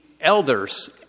elders